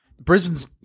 Brisbane's